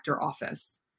office